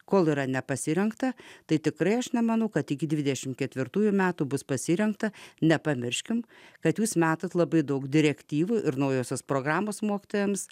kol yra nepasirengta tai tikrai aš nemanau kad iki dvidešimt ketvirtųjų metų bus pasirengta nepamirškime kad jūs metate labai daug direktyvų ir naujosios programos mokytojams